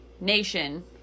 Nation